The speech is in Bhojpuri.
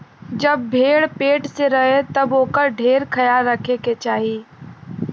जब भेड़ पेट से रहे तब ओकर ढेर ख्याल रखे के चाही